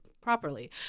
properly